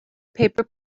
paper